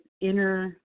inner